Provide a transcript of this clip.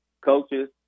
coaches